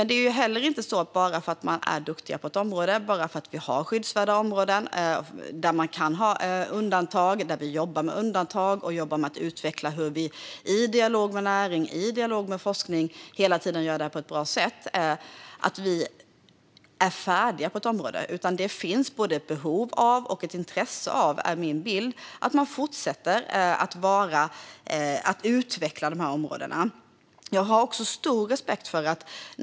Det är inte så att vi är färdiga bara för att vi är duktiga på ett område, har skyddsvärda områden där vi jobbar med undantag och i dialog med näringen och forskningen gör det här på ett bra sätt, utan min bild är att det finns både ett behov och ett intresse av att fortsätta utveckla de här områdena.